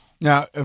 Now